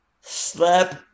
slap